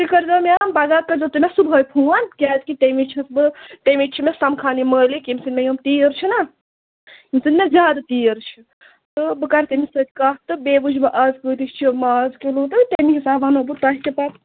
تُہۍ کٔرۍزیو مےٚ پَگاہ کٔرۍزیو تُہۍ مےٚ صُبحٲے فون کیٛازِ کہِ تَمہِ وِزِ چھَس بہٕ تَمہِ وِزِ چھِ مےٚ سَمکھان یہِ مٲلِک ییٚمہِ سٕنٛدۍ مےٚ یِم تیٖر چھِ نا ییٚمہِ سٕنٛدۍ مےٚ زیادٕ تیٖر چھِ تہٕ بہٕ کَرٕ تٔمِس سۭتۍ کَتھ تہٕ بیٚیہِ وٕچھِ بہٕ آز کۭتِس چھُ ماز کِلوٗ تہٕ تَمہِ حِساب وَنو بہٕ توہہِ تہِ پتہٕ